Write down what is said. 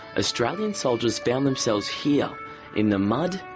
australian soldiers found themselves here in the mud,